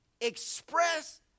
express